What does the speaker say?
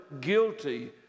guilty